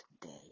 today